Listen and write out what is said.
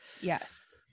Yes